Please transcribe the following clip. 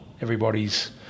everybody's